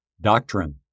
Doctrine